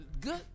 good